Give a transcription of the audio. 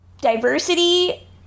diversity